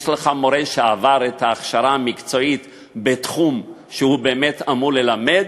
יש לך מורה שעבר את ההכשרה המקצועית בתחום שהוא באמת אמור ללמד?